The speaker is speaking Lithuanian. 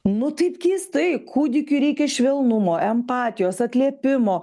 nu taip keistai kūdikiui reikia švelnumo empatijos atliepimo